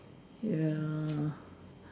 you know